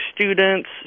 students